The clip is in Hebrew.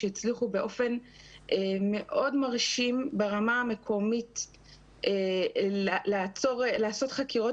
שהצליחו באופן מאוד מרשים ברמה המקומית לעשות חקירות